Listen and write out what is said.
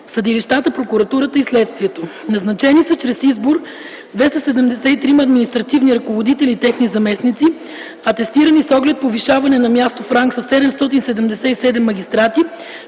съдилищата, прокуратурата и следствието. Назначени са чрез избор 273 административни ръководители и техни заместници, атестирани с оглед повишаване на място в ранг са 777 магистрати,